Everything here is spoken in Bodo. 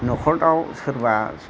नखराव सोरबा